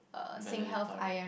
Valedictorian